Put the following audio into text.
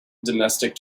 domestic